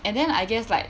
and then I guess like